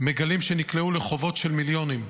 מגלים שנקלעו לחובות של מיליונים,